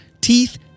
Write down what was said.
teeth